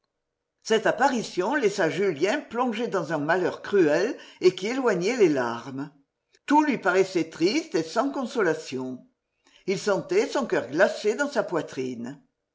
cette apparition laissa julien plongé dans un malheur cruel et qui éloignait les larmes tout lui paraissait triste et sans consolation il sentait son coeur glacé dans sa poitrine